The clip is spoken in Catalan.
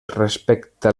respecte